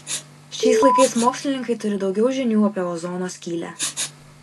šiais laikais mokslininkai turi daugiau žinių apie ozono skylę